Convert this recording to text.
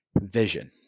vision